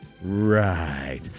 Right